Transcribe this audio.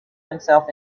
himself